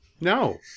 no